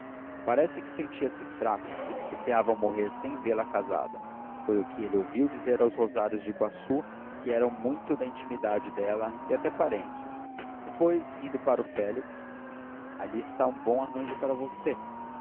parece que sentia-se fraca receava morrer sem vê-la casada foi o que ele ouviu dizer aos rosários de iguaçu que eram muito da intimidade dela e até parentes depois rindo para o félix ali está um bom arranjo para você